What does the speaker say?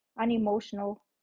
unemotional